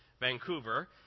Vancouver